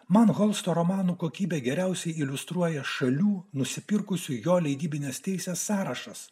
man holsto romanų kokybę geriausiai iliustruoja šalių nusipirkusių jo leidybinės teisės sąrašas